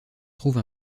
trouve